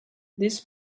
this